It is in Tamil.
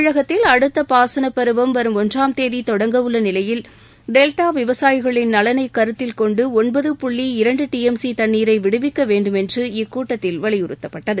தமிழகத்தில் அடுத்த பாசன பருவம் அடுத்த மாதம் ஒன்றாம் தேதி தொடங்க உள்ள நிலையில் டெல்டா விவசாயிகளின் நலனை கருத்தில் கொண்டு ஒன்பது புள்ளி இரண்டு டி எம் சி தண்ணீரை விடுவிக்க வேண்டுமென்று கூட்டத்தில் வலியுறுத்தப்பட்டது